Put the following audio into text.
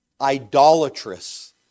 idolatrous